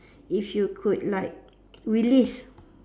if you could like relive